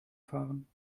fahren